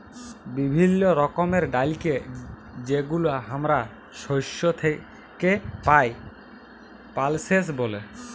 বিভিল্য রকমের ডালকে যেগুলা হামরা শস্য থেক্যে পাই, পালসেস ব্যলে